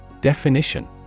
Definition